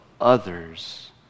others